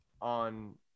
on